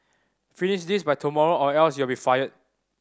finish this by tomorrow or else you'll be fired